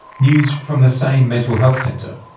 news from the same mental health centre,